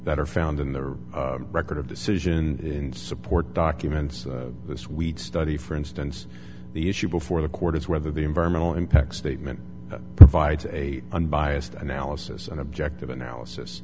that are found in their record of decision in support documents this week study for instance the issue before the court is whether the environmental impact statement provides a unbiased analysis and objective analysis